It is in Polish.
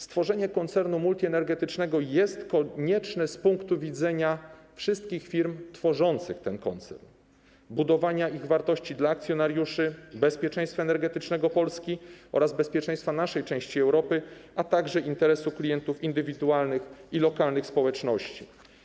Stworzenie koncernu multienergetycznego jest konieczne z punktu widzenia wszystkich firm tworzących ten koncern, budowania ich wartości dla akcjonariuszy, bezpieczeństwa energetycznego Polski oraz bezpieczeństwa naszej części Europy, a także interesu klientów indywidualnych i lokalnych społeczności.